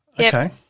Okay